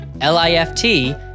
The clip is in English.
L-I-F-T